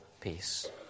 peace